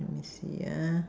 let me see ah